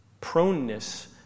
proneness